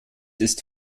ist